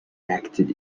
acted